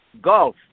golf